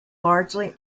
largely